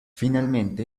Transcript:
finalmente